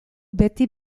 beti